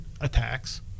attacks